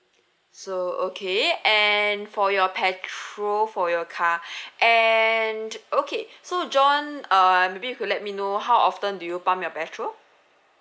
so okay and for your petrol for your car and okay so john um maybe you could let me know how often do you pump your petrol